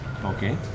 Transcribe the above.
Okay